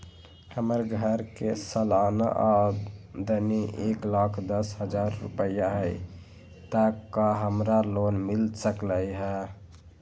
हमर घर के सालाना आमदनी एक लाख दस हजार रुपैया हाई त का हमरा लोन मिल सकलई ह?